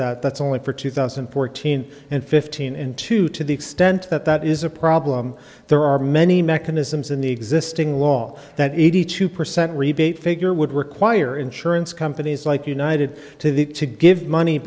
that that's only for two thousand and fourteen and fifteen and two to the extent that that is a problem there are many mechanisms in the existing law that eighty two percent rebate figure would require insurance companies like united to the to give money